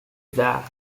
that